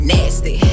Nasty